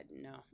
no